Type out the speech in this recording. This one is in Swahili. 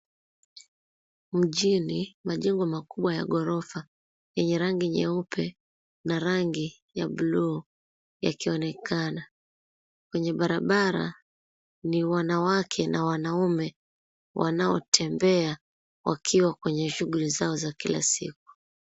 Mjini majengo kubwa ya ghorofa yenye rangi nyeupe na rangi ya buluu yakionekana. Kwenye barabara ni wanawake na wanaume wanaotembea wakiwa kwenye shughuli zao za kila siku.